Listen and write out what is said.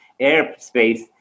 airspace